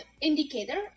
indicator